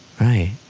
Right